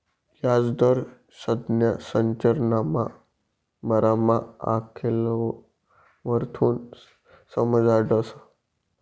याजदर संज्ञा संरचनाना बारामा आलेखवरथून समजाडतस